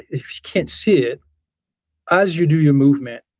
if you can't see it as you do your movement,